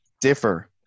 differ